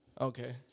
Okay